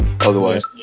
otherwise